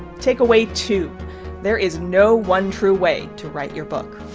takeaway two there is no one true way to write your book.